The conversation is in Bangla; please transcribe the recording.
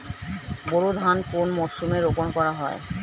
বোরো ধান কোন মরশুমে রোপণ করা হয়?